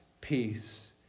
peace